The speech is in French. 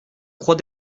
croix